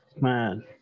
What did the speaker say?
man